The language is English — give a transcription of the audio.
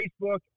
Facebook